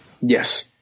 Yes